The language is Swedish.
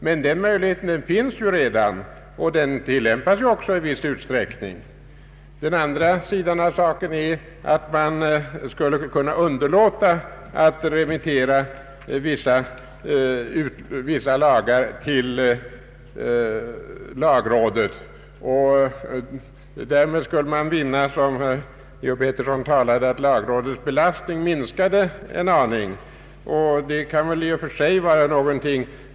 Men den möjligheten finns redan, och den tilllämpas också i viss utsträckning. Den andra möjligheten är att regeringen skulle underlåta att remittera vissa lagar till lagrådet. Därmed skulle man, som herr Georg Pettersson säger, vinna att lagrådets belastning minskar en aning, vilket väl i och för sig kunde vara bra.